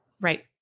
Right